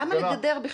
למה לגדר בכלל?